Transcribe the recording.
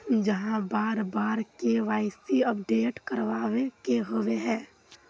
चाँह बार बार के.वाई.सी अपडेट करावे के होबे है?